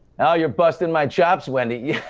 now you're busting my chops, wendy!